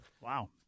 Wow